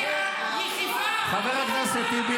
היא הגיעה --- חבר הכנסת טיבי,